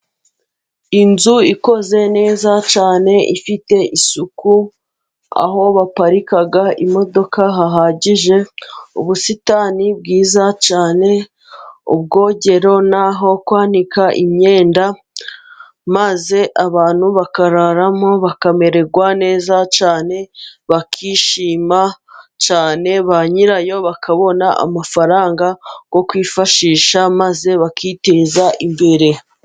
Inzu ikoze neza cyane ifite isuku, aho baparika imodoka hahagije ,ubusitani bwiza cyane, ubwogero n'aho kwanika imyenda maze abantu bakararamo, bakamererwa neza cyane bakishima cyane ba nyirayo bakabona amafaranga yo kwifashisha maze bakiteza imbere.